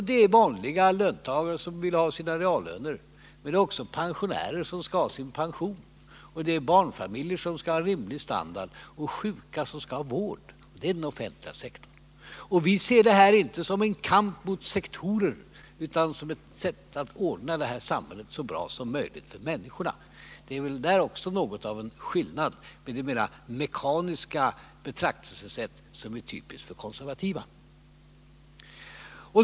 Det är vanliga löntagare som vill behålla sina reallöner, men det är också pensionärer som skall ha sin pension, det är barnfamiljer som skall ha en rimlig standard och det är sjuka som skall ha vård. Det är den offentliga sektorn. Vi ser inte detta som en kamp mellan sektorer utan som ett sätt att ordna det här samhället så bra som möjligt för människorna. Det är här något av en skillnad mot det mera mekaniska betraktelsesätt som är typiskt för de konservativa.